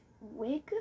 wig